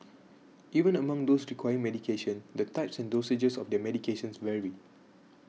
even among those requiring medication the types and dosages of their medications vary